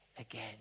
Again